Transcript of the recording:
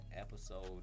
episode